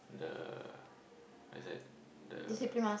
the what is that the